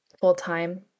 full-time